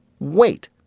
Wait